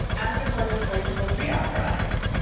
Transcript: aspr's legislation was reauthorized.